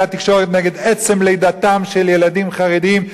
התקשורת נגד עצם לידתם של ילדים חרדים,